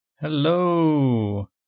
Hello